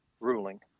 ruling